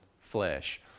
flesh